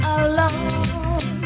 alone